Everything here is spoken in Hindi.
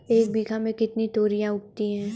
एक बीघा में कितनी तोरियां उगती हैं?